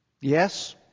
Yes